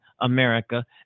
America